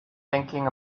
thinking